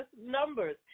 numbers